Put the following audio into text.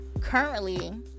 Currently